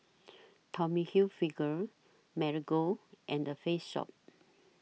Tommy Hilfiger Marigold and The Face Shop